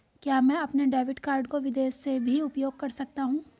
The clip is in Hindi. क्या मैं अपने डेबिट कार्ड को विदेश में भी उपयोग कर सकता हूं?